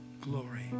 glory